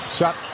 Shot